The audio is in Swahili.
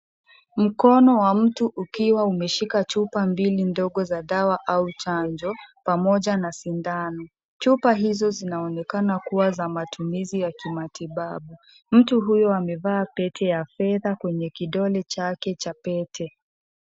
Mkono wa mtu ukiwa umeshika chupa mbili ndogo za dawa au chanjo pamoja na sindano . Chupa hizo zinaonekana kuwa za matumizi ya kimatibabu . Mtu huyo amevaa pete ya fehda kwenye kidole cha pete.